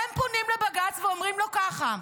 הם פונים לבג"ץ ואומרים לו ככה: